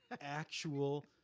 Actual